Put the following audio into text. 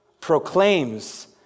proclaims